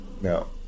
no